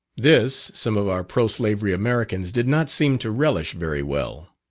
this, some of our pro-slavery americans did not seem to relish very well.